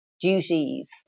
duties